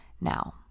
Now